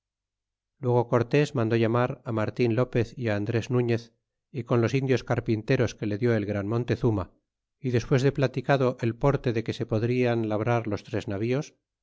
luego cortés mandó llamar martin lopez y á andres nuñez y con los indios carpinteros que le dió el gran montezuma y despues de platicado el porte de que se podrian labrar los tres navíos